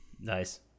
Nice